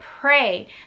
pray